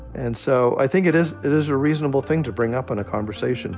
and so i think it is it is a reasonable thing to bring up in a conversation